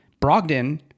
Brogdon